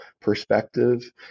perspective